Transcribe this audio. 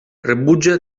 rebutja